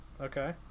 Okay